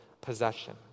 possession